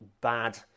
bad